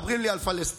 מדברים לי על פלסטין,